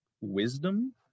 wisdom